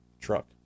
truck